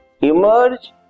emerge